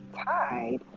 tied